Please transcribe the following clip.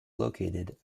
located